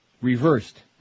Reversed